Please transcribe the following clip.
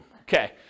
okay